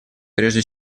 прежде